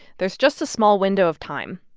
there's just a small window of time.